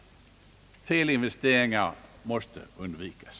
Felinvesteringar måste undvikas.